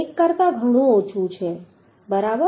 0 કરતા ઘણું ઓછું છે બરાબર